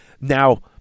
now